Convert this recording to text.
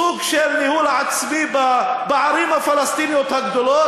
סוג של ניהול עצמי בערים הפלסטיניות הגדולות,